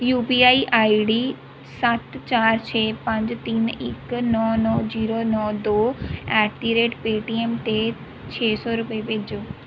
you P I I D ਸੱਤ ਚਾਰ ਛੇ ਪੰਜ ਤਿੰਨ ਇੱਕ ਨੌ ਨੌ ਜੀਰੋ ਨੌ ਦੋ ਐਟ ਦੀ ਰੇਟ ਪੇਟੀਐੱਮ 'ਤੇ ਛੇ ਸੌ ਰੁਪਏ ਭੇਜੋ